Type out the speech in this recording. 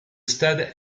stade